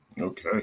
Okay